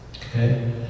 okay